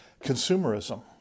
consumerism